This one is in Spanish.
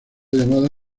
llamada